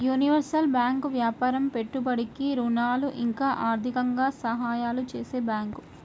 universal bank వ్యాపారం పెట్టుబడికి ఋణాలు ఇంకా ఆర్థికంగా సహాయాలు చేసే బ్యాంకు